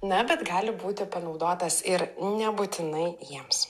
na bet gali būti panaudotas ir nebūtinai jiems